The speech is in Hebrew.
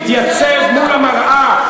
תתייצב מול המראה,